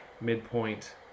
midpoint